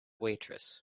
waitress